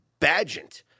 Badgent